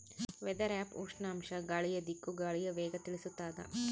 weather app ಉಷ್ಣಾಂಶ ಗಾಳಿಯ ದಿಕ್ಕು ಗಾಳಿಯ ವೇಗ ತಿಳಿಸುತಾದ